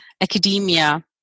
academia